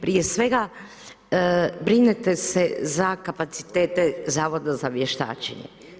Prije svega brinete se za kapacitete Zavoda za vještačenje.